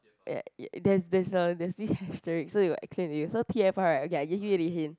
ya ya there's there's a there's this asterisk so t_f_r right okay I give you a bit hint